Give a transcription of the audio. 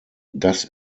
das